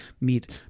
meet